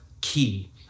key